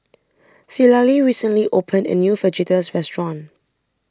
Citlali recently opened a new Fajitas Restaurant